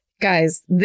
guys